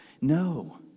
No